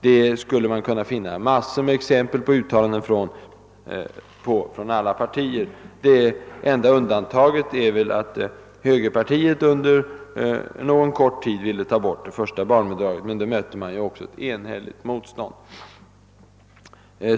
Man skulle kunna finna massor med exempel på uttalanden i den riktningen från alla partier. Det enda undantaget är väl att högerpartiet under någon kort tid ville ta bort det första barnbidraget. Men då mötte man också ett enhälligt motstånd.